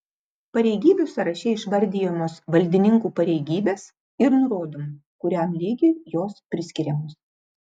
pareigybių sąraše išvardijamos valdininkų pareigybės ir nurodoma kuriam lygiui jos priskiriamos